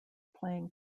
playing